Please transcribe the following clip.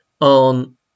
on